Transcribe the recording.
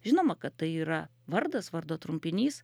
žinoma kad tai yra vardas vardo trumpinys